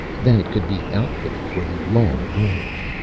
then it could be outfitted for the long voyage.